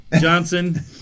Johnson